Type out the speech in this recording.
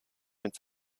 mit